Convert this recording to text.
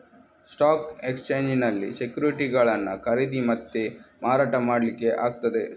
stock ಎಕ್ಸ್ಚೇಂಜಿನಲ್ಲಿ ಸೆಕ್ಯುರಿಟಿಗಳನ್ನ ಖರೀದಿ ಮತ್ತೆ ಮಾರಾಟ ಮಾಡ್ಲಿಕ್ಕೆ ಆಗ್ತದೆ